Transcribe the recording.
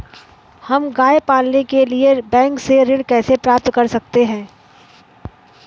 हम गाय पालने के लिए बैंक से ऋण कैसे प्राप्त कर सकते हैं?